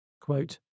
Quote